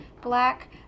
black